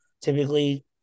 typically